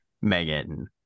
Megan